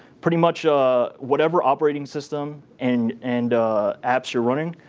pretty much ah whatever operating system and and apps you're running.